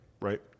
right